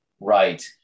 right